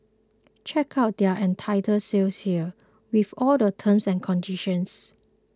check out their entire sale here with all the terms and conditions